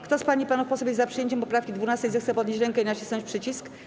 Kto z pań i panów posłów jest za przyjęciem poprawki 12., zechce podnieść rękę i nacisnąć przycisk.